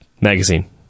Magazine